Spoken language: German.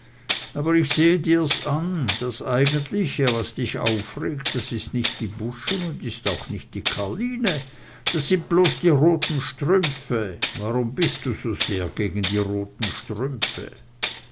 aber ich sehe dir's an das eigentliche was dich aufregt das ist nicht die buschen und ist auch nicht die karline das sind bloß die roten strümpfe warum bist du so sehr gegen die roten strümpfe